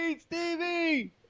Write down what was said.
Stevie